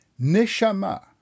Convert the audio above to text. Neshama